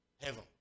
heaven